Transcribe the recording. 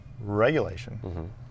regulation